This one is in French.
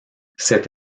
cette